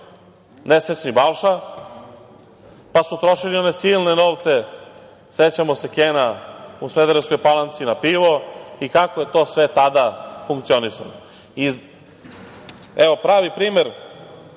pa su trošili one silne novce, sećamo se, Kena u Smederevskoj Palanci na pivo i kako je sve to tada funkcionisalo. Pravi primer